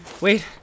wait